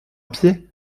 pied